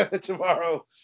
tomorrow